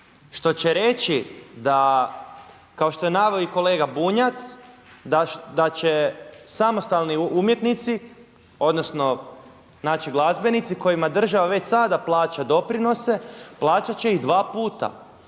što će reći da kao što je naveo i kolega Bunjac da će samostalni umjetnici odnosno znači glazbenici kojima država već sada plaća doprinose plaćat će ih dva puta.